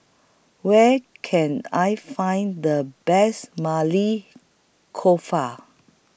Where Can I Find The Best Maili Kofta